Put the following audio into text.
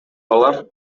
алар